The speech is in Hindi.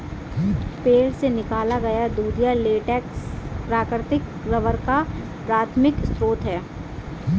पेड़ से निकाला गया दूधिया लेटेक्स प्राकृतिक रबर का प्राथमिक स्रोत है